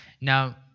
Now